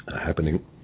happening